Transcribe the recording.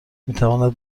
میتواند